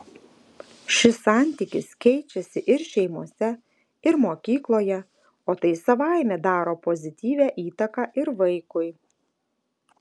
šis santykis keičiasi ir šeimose ir mokykloje o tai savaime daro pozityvią įtaką ir vaikui